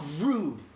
rude